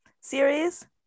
series